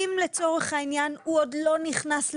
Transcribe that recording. לצורך העניין הוא עוד לא נכנס לדירה,